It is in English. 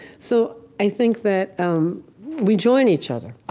so i think that um we join each other.